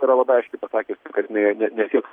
yra labai aiškiai pasakiusi kad jinai ne ne neteiks